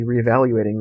reevaluating